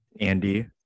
Andy